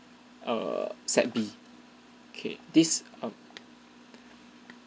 err set B okay this err